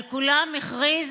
על כולם הכריז